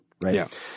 right